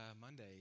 Monday